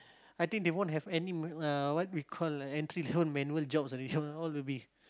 I think they won't have any m~ uh what we call entry manual jobs already all will be